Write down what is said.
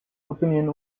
opinion